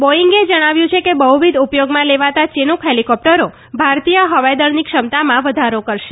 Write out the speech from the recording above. બોઇંગે જણાવ્યું છે કે બહ્વિધ યોગમાં લેવાતા ચિનુક હેલીકોપ્ટરો ભારતીય હવાઇદળની ક્ષમતામાં વધારો કરશે